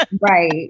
right